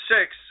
six